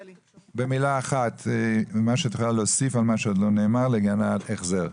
בקצרה מה שאת יכולה להוסיף על מה שלא נאמר לגבי ההחזר.